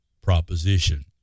proposition